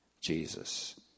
Jesus